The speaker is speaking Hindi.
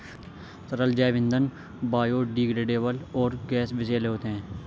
तरल जैव ईंधन बायोडिग्रेडेबल और गैर विषैले होते हैं